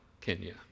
Kenya